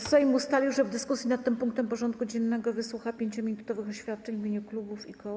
Sejm ustalił, że w dyskusji nad tym punktem porządku dziennego wysłucha 5-minutowych oświadczeń w imieniu klubów i koła.